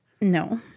No